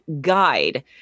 guide